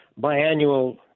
biannual